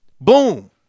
boom